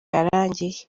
yarangiye